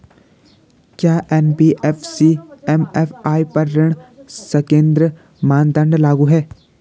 क्या NBFC MFI पर ऋण संकेन्द्रण मानदंड लागू हैं?